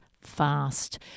fast